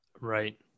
Right